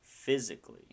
Physically